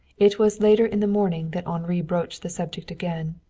it was later in the morning that henri broached the subject again.